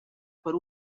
per